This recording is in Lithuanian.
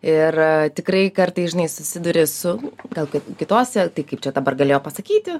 ir tikrai kartais žinai susiduri su gal kaip kitose tai kaip čia dabar galėjo pasakyti